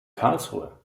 karlsruhe